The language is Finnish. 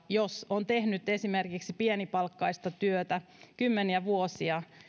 jos on tehnyt esimerkiksi pienipalkkaista työtä kymmeniä vuosia